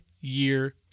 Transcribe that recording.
year